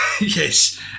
yes